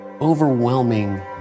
overwhelming